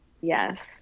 Yes